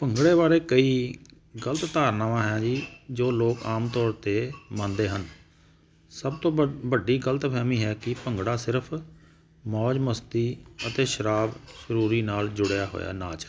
ਭੰਗੜੇ ਬਾਰੇ ਕਈ ਗਲਤ ਧਾਰਨਾਵਾਂ ਹੈ ਜੀ ਜੋ ਲੋਕ ਆਮ ਤੌਰ ਤੇ ਮੰਨਦੇ ਹਨ ਸਭ ਤੋਂ ਵੱਡੀ ਗਲਤੀਫਹਿਮੀ ਹੈ ਕਿ ਭੰਗੜਾ ਮੌਜ਼ ਮਸਤੀ ਅਤੇ ਸ਼ਰਾਬ ਸਰੁੂਬੀ ਨਾਲ ਜੁੜਿਆ ਹੋਇਆ ਨਾਚ ਹੈ